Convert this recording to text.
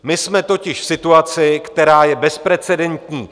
My jsme totiž v situaci, která je bezprecedentní.